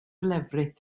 lefrith